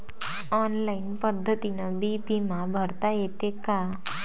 Online पद्धतीनं बी बिमा भरता येते का?